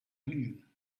penguin